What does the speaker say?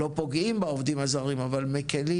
לא פוגעים בעובדים הזרים אבל מקלים